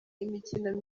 imikino